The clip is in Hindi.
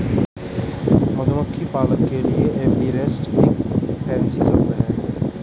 मधुमक्खी पालक के लिए एपीरिस्ट एक फैंसी शब्द है